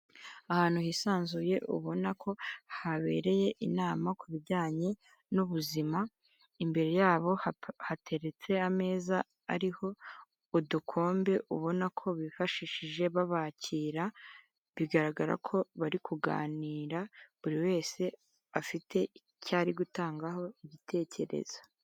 Ahantu hisanzuye, ubona ko habereye inama ku bijyanye n'ubuzima, imbere yabo hateretse ameza ariho udukombe, ubona ko bifashishije babakira, bigaragara ko bari kuganira, buri wese afite icyo ari gutangaho igitekerezo.